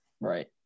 right